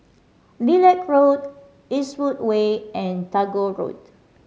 Lilac Road Eastwood Way and Tagore Road